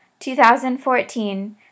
2014